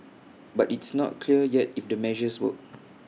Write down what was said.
but it's not clear yet if the measures work